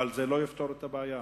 אבל זה לא יפתור את הבעיה.